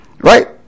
Right